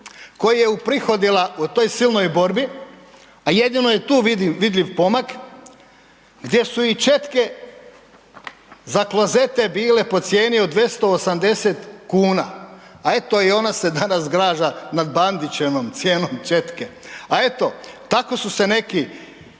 koji je uprihodila u toj silnoj borbi, a jedino je tu vidljiv pomak gdje su i četke za klozete bile po cijeni od 280 kn, a eto i ona se danas zgraža nad bandićevom cijenom četke. A eto, tako su se neki